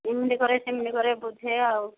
ଏମିତି କରେ ସେମିତି କରେ ବୁଝେଇବ ଆଉ